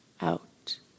out